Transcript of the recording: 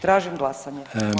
Tražim glasanje.